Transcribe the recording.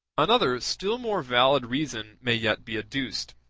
another still more valid reason may yet be adduced